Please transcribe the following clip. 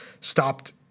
stopped